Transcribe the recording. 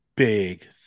big